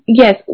yes